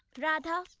radha,